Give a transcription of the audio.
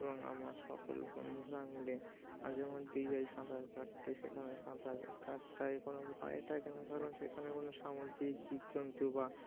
এবং আমার সকল বন্ধুরা মিলে মাঝেমধ্যেই যাই সাঁতার কাটতে সেখানে সাঁতার কাটায় কোনো ভয় থাকে না কারণ সেখানে কোনো সামুদ্রিক জীবজন্তু বা